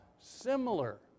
similar